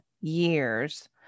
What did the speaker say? years